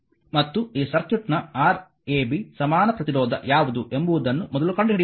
ಮತ್ತು ಈ ಸರ್ಕ್ಯೂಟ್ನ Rab ಸಮಾನ ಪ್ರತಿರೋಧ ಯಾವುದು ಎಂಬುದನ್ನು ಮೊದಲು ಕಂಡುಹಿಡಿಯಬೇಕು